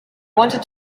wanted